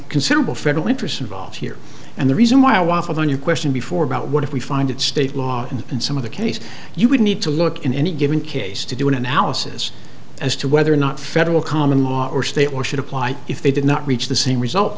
considerable federal interest involved here and the reason why i waffled on your question before about what if we find it state law and some of the case you would need to look in any given case to do an analysis as to whether or not federal common law or stay or should apply if they did not reach the same result